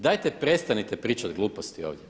Dajte prestanite pričati gluposti ovdje.